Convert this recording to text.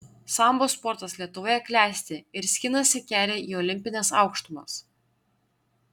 sambo sportas lietuvoje klesti ir skinasi kelią į olimpines aukštumas